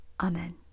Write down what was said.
Amen